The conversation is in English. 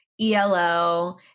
ELO